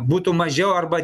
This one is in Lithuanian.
būtų mažiau arba